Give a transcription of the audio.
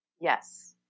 Yes